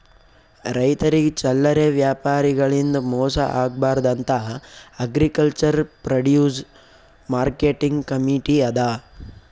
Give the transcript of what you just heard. ರೈತರಿಗ್ ಚಲ್ಲರೆ ವ್ಯಾಪಾರಿಗಳಿಂದ್ ಮೋಸ ಆಗ್ಬಾರ್ದ್ ಅಂತಾ ಅಗ್ರಿಕಲ್ಚರ್ ಪ್ರೊಡ್ಯೂಸ್ ಮಾರ್ಕೆಟಿಂಗ್ ಕಮೀಟಿ ಅದಾ